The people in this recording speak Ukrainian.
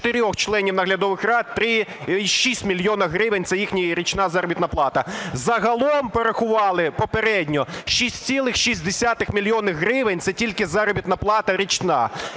чотирьох членів наглядових рад – 3,6 мільйона гривень, це їхня річна заробітна плата. Загалом порахували попередньо, 6,6 мільйона гривень – це тільки заробітна плата річна.